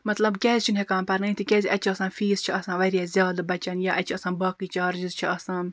مَطلَب کیاز چھِنہِ ہیٚکان پَرنٲیِتھ تکیاز اَتہِ چھُ آسان فیٖس چھُ آسان واریاہ زیادٕ بَچَن یا اَتہِ چھ آسان باقٕے چارجِز چھِ آسان